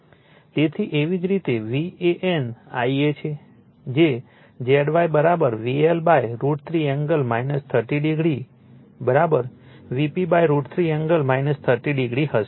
તેથી એવી જ રીતે VAN Ia જે Zy VL √ 3 angle 30 o Vp √ 3 angle 30 o હશે